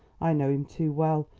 i know him too well,